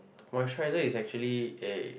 moisturizer is actually a